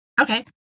okay